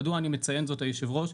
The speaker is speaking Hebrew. מדוע אני מציין זאת היושב ראש,